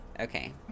Okay